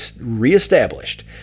reestablished